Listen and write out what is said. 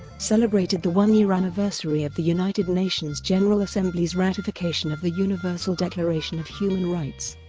celebrated the one-year anniversary of the united nations general assembly's ratification of the universal declaration of human rights,